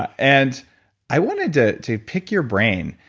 and i wanted to to pick your brain,